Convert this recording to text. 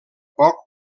poc